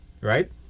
right